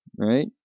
Right